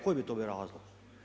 Koji bi to bio razlog?